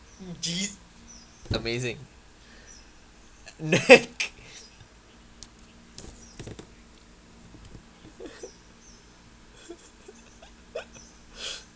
geez amazing neck